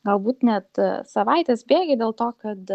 galbūt net savaitės bėgy dėl to kad